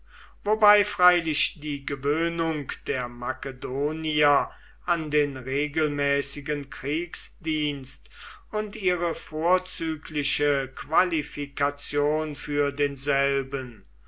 wobei freilich die gewöhnung der makedonier an den regelmäßigen kriegsdienst und ihre vorzügliche qualifikation für denselben